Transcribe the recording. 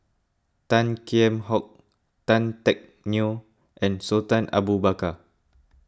Tan Kheam Hock Tan Teck Neo and Sultan Abu Bakar